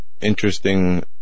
interesting